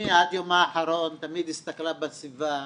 תמיד הסתכלה בסביבה,